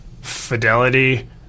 fidelity